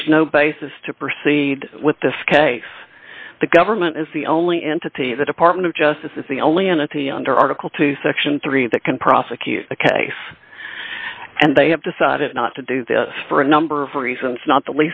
there's no basis to proceed with this case the government is the only entity the department of justice is the only entity under article two section three that can prosecute the case and they have decided not to do this for a number of reasons not the